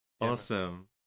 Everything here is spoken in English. Awesome